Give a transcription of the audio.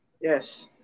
Yes